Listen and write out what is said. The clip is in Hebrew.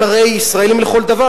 הם הרי ישראלים לכל דבר.